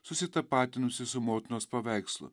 susitapatinusi su motinos paveikslu